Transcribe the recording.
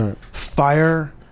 Fire